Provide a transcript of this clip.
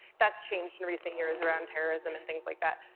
that's changed in recent years around terrorism and things like that.